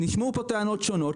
נשמעו פה טענות שונות.